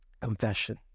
Confession